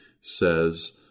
says